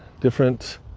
Different